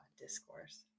discourse